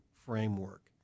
framework